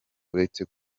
uretse